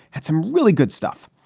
had some really good stuff.